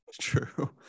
true